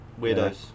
weirdos